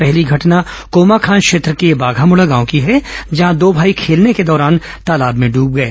पहली घटना कोमाखान क्षेत्र के बाघामुड़ा गांव की है जहां दो भाई खेलने को दौरान तालाब में डूब गए